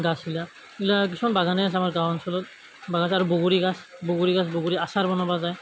গছবিলাক এইগিলা কিছুমান বাগানে আছে আমাৰ গাঁও অঞ্চলত বাগান আছে আৰু বগৰী গছ বগৰী গছ বগৰী আচাৰ বনাব যায়